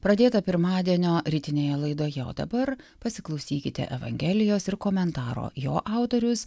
pradėtą pirmadienio rytinėje laidoje o dabar pasiklausykite evangelijos ir komentaro jo autorius